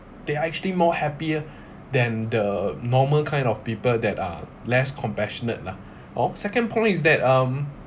they are actually more happier than the normal kind of people that are less compassionate lah oh second point is that um